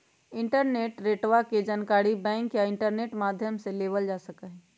interest रेटवा के जानकारी बैंक या इंटरनेट माध्यम से लेबल जा सका हई